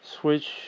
switch